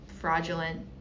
fraudulent